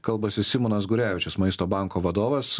kalbasi simonas gurevičius maisto banko vadovas